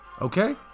Okay